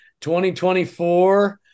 2024